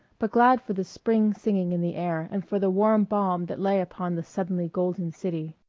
but glad for the spring singing in the air and for the warm balm that lay upon the suddenly golden city.